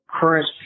current